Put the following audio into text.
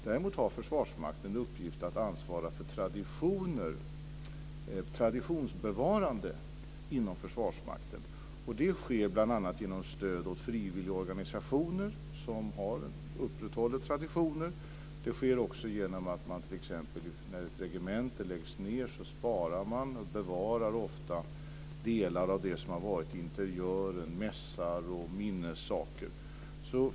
Däremot har Försvarsmakten uppgift att ansvara för traditionsbevarande inom Försvarsmakten. Det sker bl.a. genom stöd åt frivilligorganisationer som upprätthåller traditioner. Det sker också genom att man t.ex. när ett regemente läggs ned ofta sparar och bevarar delar av det som har varit. Det gäller interiören, mässar och minnessaker.